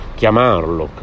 chiamarlo